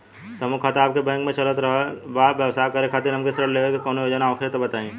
समूह खाता आपके बैंक मे चल रहल बा ब्यवसाय करे खातिर हमे ऋण लेवे के कौनो योजना होखे त बताई?